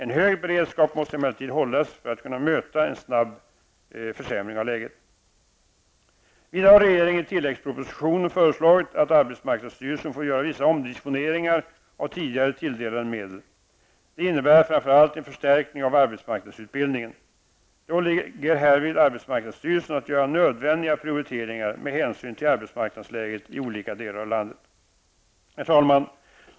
En hög beredskap måste emellertid hållas för att kunna möta en snabb försämring av läget. Vidare har regeringen i tilläggspropositionen föreslagit att arbetsmarknadsstyrelsen får göra vissa omdisponeringar av tidigare tilldelade medel. Det innebär framför allt en förstärkning av arbetsmarknadsutbildningen. Det åligger härvid arbetsmarknadsstyrelsen att göra nödvändiga prioriteringar med hänsyn till arbetsmarknadsläget i olika delar av landet. Herr talman!